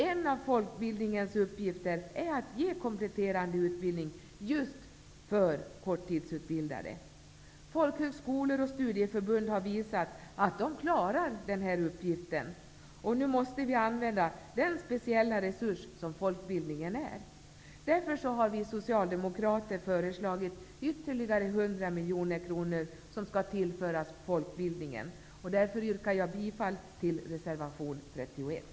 En av folkbildningens uppgifter är att ge kompletterande utbildning just för korttidsutbildade. Folkhögskolor och studieförbund har visat att det klarar den uppgiften. Nu måste vi använda den speciella resurs som folkbildningen är. Därför har vi socialdemokrater föreslagit att ytterligare 100 miljoner kronor tillförs folkbildningen. Jag yrkar bifall till reservation 31.